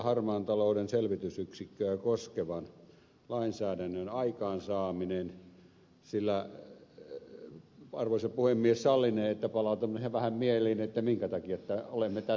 harmaan talouden selvitysyksikköä koskevan lainsäädännön aikaansaaminen sillä arvoisa puhemies sallinee että palautan vähän mieliin minkä takia olemme tässä vaiheessa